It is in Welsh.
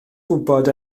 gwybod